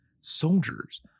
Soldiers